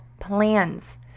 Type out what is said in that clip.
plans